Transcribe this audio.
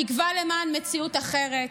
התקווה למען מציאות אחרת,